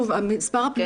מספר הפניות מועט.